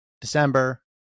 December